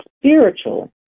spiritual